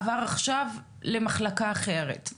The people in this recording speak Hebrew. עבר עכשיו למחלקה אחרת.